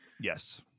Yes